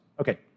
Okay